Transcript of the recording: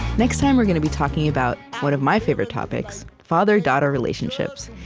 next time, we're going to be talking about, one of my favorite topics, father-daughter relationships,